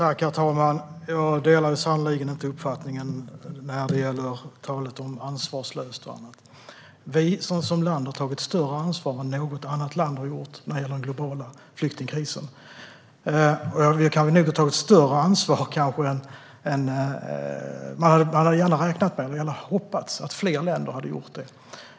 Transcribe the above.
Herr talman! Jag delar sannerligen inte uppfattningen när det gäller talet om ansvarslöshet och annat. Vi som land har tagit större ansvar än något annat land har gjort när det gäller den globala flyktingkrisen. Vi har kanske tagit ett större ansvar än vad vi hade räknat med. Vi hade hoppats att fler länder skulle ha gjort det.